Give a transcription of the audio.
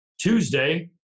Tuesday